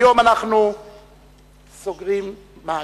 היום אנחנו סוגרים מעגל.